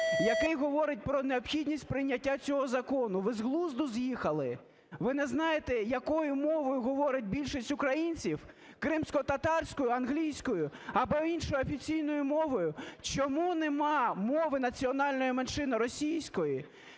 який говорить про необхідність прийняття цього закону, ви з глузду з'їхали? Ви не знаєте, якою мовою говорить більшість українців? Кримськотатарською, англійською або іншою офіційною мовою! Чому нема мови національної меншини російської,